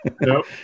Nope